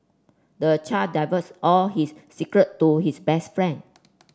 the child divulged all his secret to his best friend